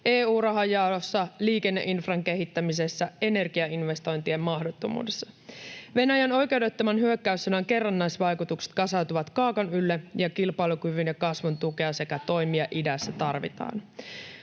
EU-rahan jaossa, liikenneinfran kehittämisessä, energiainvestointien mahdottomuudessa. Venäjän oikeudettoman hyökkäyssodan kerrannaisvaikutukset kasautuvat kaakon ylle ja kilpailukyvyn ja kasvun tukea sekä toimia idässä tarvitaan.